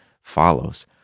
follows